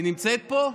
היא נמצאת פה?